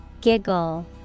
Giggle